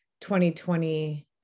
2020